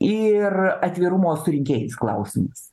ir atvirumo su rinkėjais klausimas